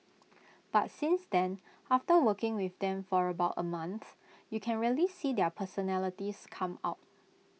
but since then after working with them for about A month you can really see their personalities come out